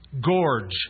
gorge